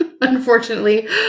unfortunately